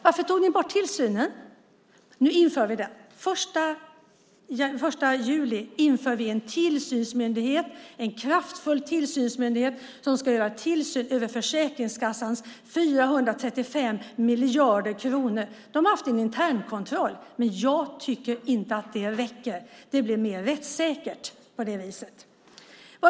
Varför tog ni bort tillsynen? Nu inför vi den 1 juli en kraftfull tillsynsmyndighet som ska utöva tillsyn över Försäkringskassans 435 miljarder kronor. Den har haft en internkontroll, men jag tycker inte att det räcker. Det blir mer rättssäkert på det viset.